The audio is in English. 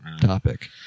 topic